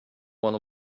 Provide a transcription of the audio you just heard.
one